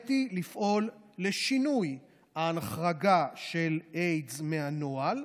הנחיתי לפעול לשינוי ההחרגה של איידס מהנוהל.